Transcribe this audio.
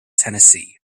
tennessee